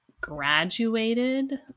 graduated